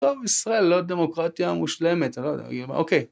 טוב, ישראל לא דמוקרטיה מושלמת, לא יודע, אוקיי.